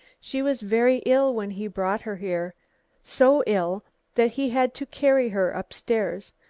she was very ill when he brought her here so ill that he had to carry her upstairs.